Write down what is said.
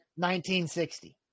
1960